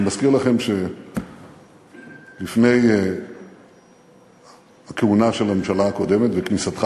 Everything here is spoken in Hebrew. אני מזכיר לכם שלפני הכהונה של הממשלה הקודמת וכניסתך